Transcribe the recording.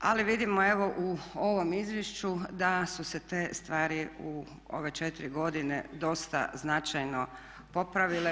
Ali vidimo evo u ovom izvješću da su se te stvari u ove 4 godine dosta značajno popravile.